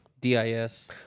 D-I-S